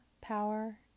power